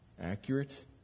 accurate